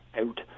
out